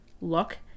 look